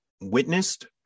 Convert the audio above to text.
witnessed